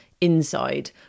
inside